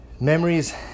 memories